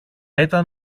ήταν